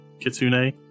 Kitsune